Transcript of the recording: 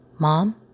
mom